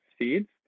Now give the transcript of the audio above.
seeds